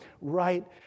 right